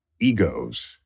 egos